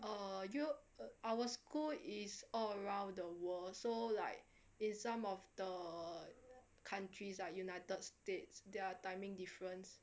err our school is all around the world so like in some of the countries are united states their timing difference